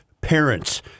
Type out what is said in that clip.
parents